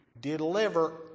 deliver